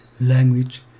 language